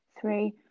three